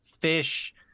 fish